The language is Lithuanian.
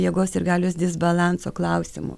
jėgos ir galios disbalanso klausimų